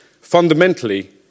Fundamentally